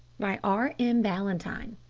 by r m. ballantyne.